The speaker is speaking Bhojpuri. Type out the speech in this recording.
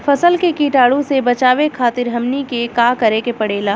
फसल के कीटाणु से बचावे खातिर हमनी के का करे के पड़ेला?